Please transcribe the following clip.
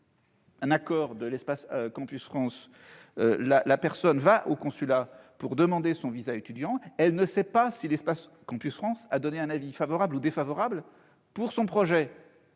un accord de l'espace Campus France, quelqu'un se rend au consulat pour demander son visa étudiant, il ne peut savoir si l'espace Campus France a donné un avis favorable ou défavorable à son projet.